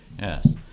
yes